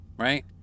Right